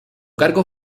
cargo